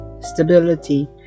stability